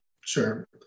Sure